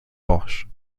bosch